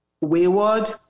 wayward